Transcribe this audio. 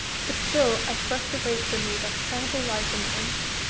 but still i thrust away from me that terrible light on things.